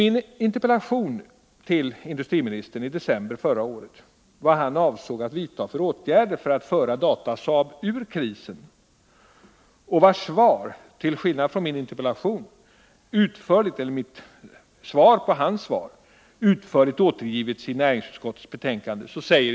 I en interpellation till industriministern i december förra året frågade jag vilka åtgärder han avsåg att vidta för att föra Datasaab ur krisen. Svaret, till skillnad från min interpellation eller mitt svar på hans svar, har utförligt återgetts i näringsutskottets betänkande.